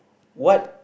what